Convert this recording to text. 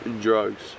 Drugs